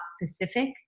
Pacific